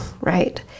right